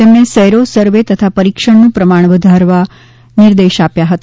તેમણે sero survey તથા પરિક્ષણનું પ્રમાણ વધારવાના નિર્દેશ આપ્યા હતા